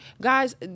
guys